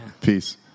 Peace